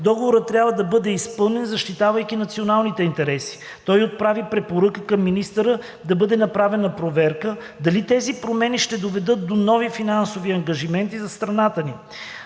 договорът трябва да бъде изпълнен, защитавайки националните интереси. Той отправи препоръка към министъра да бъде направена проверка дали тези промени ще доведат до нови финансови ангажименти за страната ни.